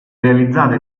realizzate